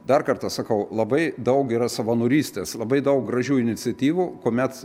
dar kartą sakau labai daug yra savanorystės labai daug gražių iniciatyvų kuomet